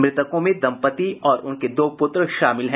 मृतकों में दंपत्ति और उनके दो पुत्र शामिल हैं